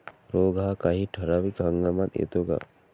रोग हा काही ठराविक हंगामात येतो का?